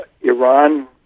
Iran